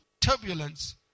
turbulence